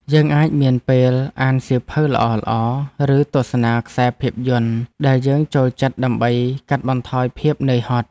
យើងអាចមានពេលអានសៀវភៅល្អៗ ឬទស្សនាខ្សែភាពយន្តដែលយើងចូលចិត្តដើម្បីកាត់បន្ថយភាពនឿយហត់។